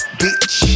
bitch